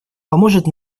поможет